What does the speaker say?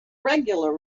regular